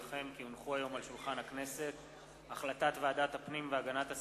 69 בעד,